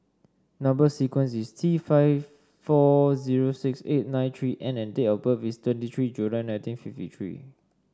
number sequence is T five four zero six eight nine three N and date of birth is twenty three July nineteen fifty three